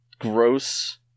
Gross